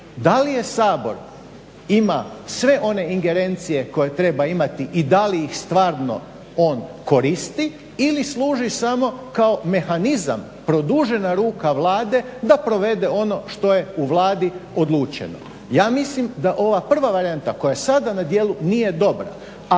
Da li je Sabor ima sve one ingerencije koje treba imati i dali ih stvarno on koristi ili služi samo kao mehanizam, produžena ruka Vlade da provede ono što je u Vladi odlučeno. Ja mislim da ova prva varijanta koja je sada na dijelu nije dobra.